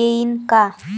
येईन का?